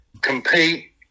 compete